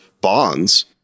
bonds